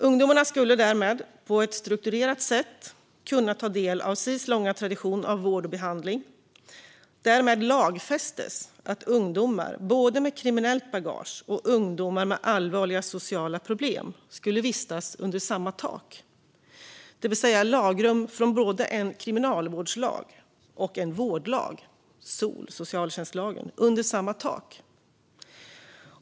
Ungdomarna skulle därmed på ett strukturerat sätt kunna ta del av Sis långa tradition av vård och behandling. Därmed lagfästes att både ungdomar med kriminellt bagage och ungdomar med allvarliga sociala problem skulle vistas under samma tak. Det innebar att lagrum från en kriminalvårdslag och en vårdlag - SoL, socialtjänstlagen - kom under samma tak.